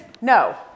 No